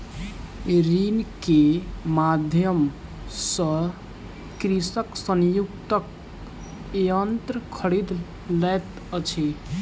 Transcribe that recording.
ऋण के माध्यम सॅ कृषक संयुक्तक यन्त्र खरीद लैत अछि